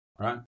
right